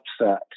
upset